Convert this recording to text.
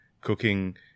Cooking